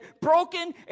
broken